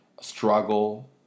struggle